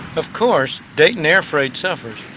of course, dayton air freight suffers,